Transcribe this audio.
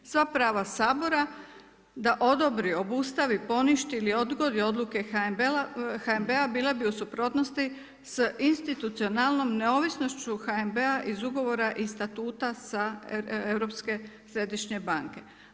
Sva prava Sabora da odobri, obustavi, poništi ili odgodi odluke HNB-a bila bi u suprotnosti sa institucionalnom neovisnošću HNB-a iz Ugovora i Statuta sa Europske središnje banke.